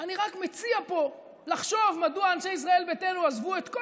אני רק מציע פה לחשוב מדוע אנשי ישראל ביתנו עזבו את כל